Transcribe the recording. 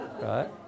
right